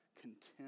content